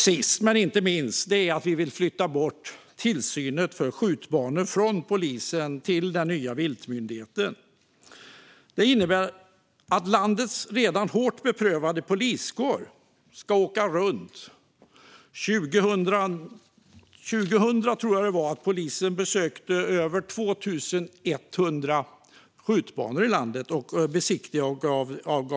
Sist men inte minst vill vi flytta bort tillsynen av skjutbanor från polisen till den nya viltmyndigheten. Denna tillsyn innebär att landets redan hårt prövade poliskår ska åka runt och besiktiga skjutbanor och avge tillstånd. År 2000 tror jag att polisen besökte över 2 100 skjutbanor i landet.